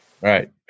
Right